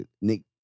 Nick